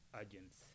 agents